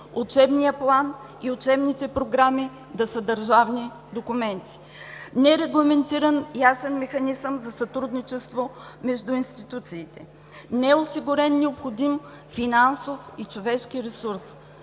учебният план и учебните програми да са държавни документи. Нерегламентиран ясен механизъм за сътрудничество между институциите, неосигурен необходим финансов и човешки ресурс.